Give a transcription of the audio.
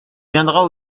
viendra